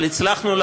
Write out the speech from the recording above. אבל הצלחנו,